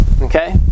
Okay